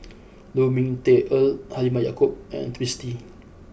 Lu Ming Teh Earl Halimah Yacob and Twisstii